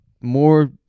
more